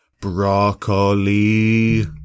Broccoli